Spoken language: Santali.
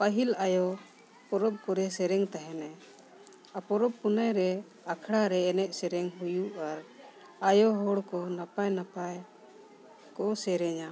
ᱯᱟᱹᱦᱤᱞ ᱟᱭᱳ ᱯᱚᱨᱚᱵᱽ ᱠᱚᱨᱮᱭ ᱥᱮᱨᱮᱧ ᱛᱟᱦᱮᱱᱮ ᱯᱚᱨᱚᱵᱽ ᱯᱩᱱᱟᱹᱭ ᱨᱮ ᱟᱠᱷᱲᱟ ᱨᱮ ᱮᱱᱮᱡ ᱥᱮᱨᱮᱧ ᱦᱩᱭᱩᱜᱼᱟ ᱟᱭᱳ ᱦᱚᱲ ᱠᱚ ᱱᱟᱯᱟᱭ ᱱᱟᱯᱟᱭ ᱠᱚ ᱥᱮᱨᱮᱧᱟ